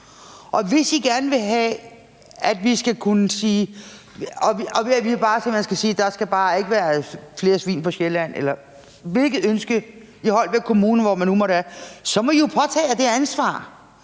hvis I gerne vil have, at vi skal kunne sige, at der bare ikke skal være flere svin på Sjælland, eller hvilket ønske der er i Holbæk Kommune, eller hvor det nu